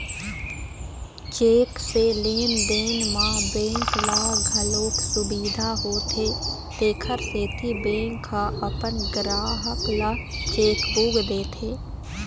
cheque से लेन देन म बेंक ल घलोक सुबिधा होथे तेखर सेती बेंक ह अपन गराहक ल चेकबूक देथे